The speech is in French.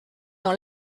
dans